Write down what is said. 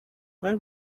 where